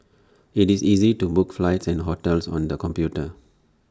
IT is easy to book flights and hotels on the computer